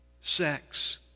sex